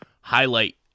highlight